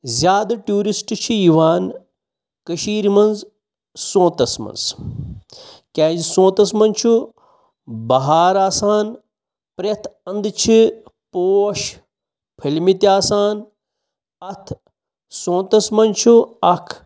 زیادٕ ٹیوٗرِسٹہٕ چھِ یِوان کٔشیٖرِ منٛز سونٛتَس منٛز کیٛازِ سونٛتَس منٛز چھُ بَہار آسان پرٛٮ۪تھ اَندٕ چھِ پوش پھٔلۍمٕتۍ آسان اَتھ سونتَس منٛز چھُ اَکھ